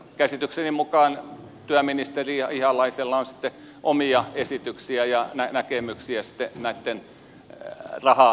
käsitykseni mukaan työministeri ihalaisella on omia esityksiä ja näkemyksiä näitten rahatoiveittenkin suhteen